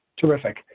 Terrific